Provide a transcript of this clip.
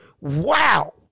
Wow